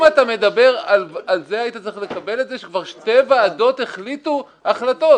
אם אתה מדבר על זה היית צריך לקבל את זה שכבר שתי ועדות החליטו החלטות.